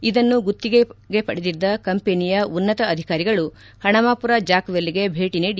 ಇದನ್ನು ಗುತ್ತಿಗೆಗೆ ಪಡೆದಿದ್ದ ಕಂಪನಿಯ ಉನ್ನತ ಅಧಿಕಾರಿಗಳು ಹಣಮಾಪುರ ಜಾಕವೆಲ್ಗೆ ಭೇಟಿ ನೀಡಿ